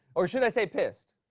or should i say pissed?